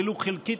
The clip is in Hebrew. ולו חלקית,